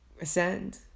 ascend